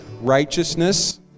righteousness